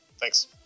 Thanks